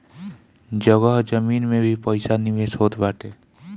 जगह जमीन में भी पईसा निवेश होत बाटे